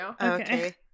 Okay